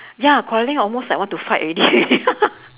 ya quarrelling almost like want to fight already